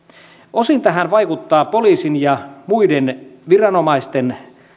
osin tähän vaikuttaa poliisin ja muiden viranomaisten